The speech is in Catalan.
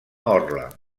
orla